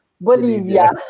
Bolivia